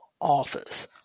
Office